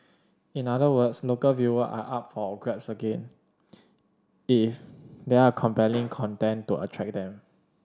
in other words local viewers are up for grabs again if there are compelling content to attract them